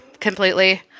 completely